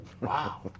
Wow